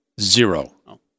Zero